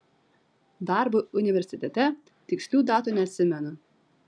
darbui universitete tikslių datų neatsimenu